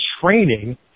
training